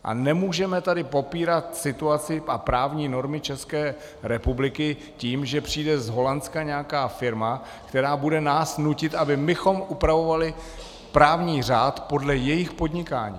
A nemůžeme tady popírat situaci a právní normy ČR tím, že přijde z Holandska nějaká firma, která bude nás nutit, abychom my upravovali právní řád podle jejich podnikání.